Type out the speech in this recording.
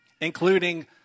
including